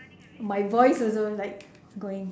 my voice also like going